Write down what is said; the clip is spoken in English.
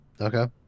Okay